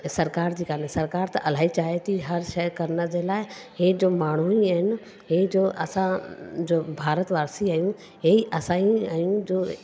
त सरकारि जी गाल्हि आहे सरकारि त इलाही चाहे थी हर शइ करण जे लाइ इहे जो माण्हू ई आहिनि इहे जो असांजो भारत वासी आहिनि इहे असां ई आहियूं जो